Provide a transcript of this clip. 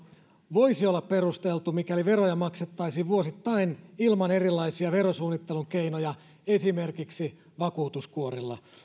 voisi olla perusteltu mikäli veroja maksettaisiin vuosittain ilman erilaisia verosuunnittelun keinoja esimerkiksi vakuutuskuoria